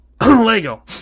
Lego